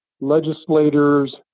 legislators